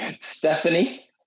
Stephanie